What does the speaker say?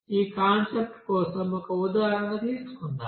ఈ కాన్సెప్ట్ కోసం ఒక ఉదాహరణ తీసుకుందాం